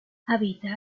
habita